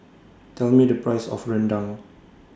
Tell Me The Price of Rendang